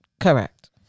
Correct